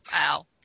Wow